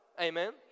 Amen